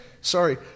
sorry